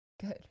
Good